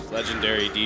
legendary